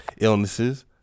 illnesses